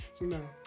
No